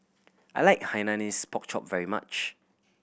I like Hainanese Pork Chop very much